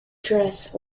dress